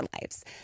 lives